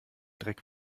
dreck